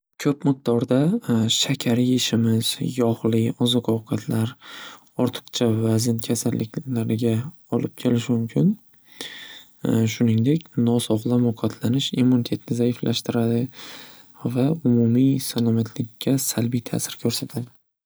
Ko'p miqdorda shakar yeyishimiz yog'li oziq ovqatlar ortiqcha vazn kasalliklariga olib kelishi mumkin. Shunigdek nosog'lom ovqatlanish immunitetni zaiflashtiradi va umumiy salomatlikka salbiy ta'sir ko'rsatadi.